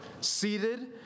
seated